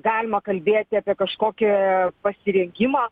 galima kalbėti apie kažkokią pasirengimą